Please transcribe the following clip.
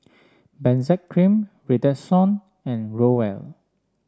Benzac Cream Redoxon and Growell